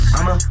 I'ma